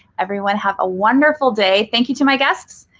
everyone, have a wonderful day. thank you to my guests.